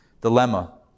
dilemma